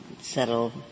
settle